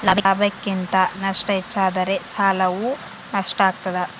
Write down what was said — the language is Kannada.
ಲಾಭಕ್ಕಿಂತ ನಷ್ಟ ಹೆಚ್ಚಾದರೆ ಸಾಲವು ನಷ್ಟ ಆಗ್ತಾದ